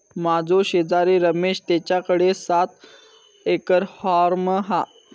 माझो शेजारी रमेश तेच्याकडे सात एकर हॉर्म हा